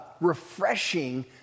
refreshing